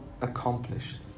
accomplished